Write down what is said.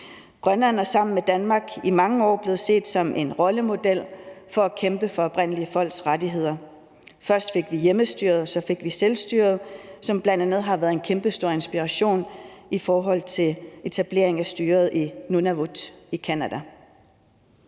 sammen med Danmark i mange år blevet set som en rollemodel i kampen for oprindelige folks rettigheder. Først fik vi hjemmestyret, og så fik vi selvstyret, som bl.a. har været en kæmpestor inspiration i forhold til etableringen af styret i Nunavut i Canada.